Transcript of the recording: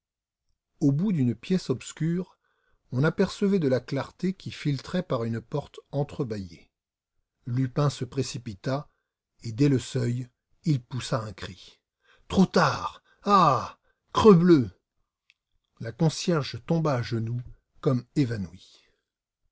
au bout d'une pièce obscure on apercevait de la clarté qui filtrait par une porte entrebâillée lupin se précipita et dès le seuil il poussa un cri trop tard ah crebleu la concierge tomba à genoux comme évanouie